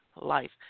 life